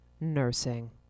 nursing